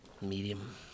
Medium